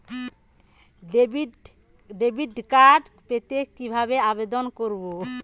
Debit card পেতে কি ভাবে আবেদন করব?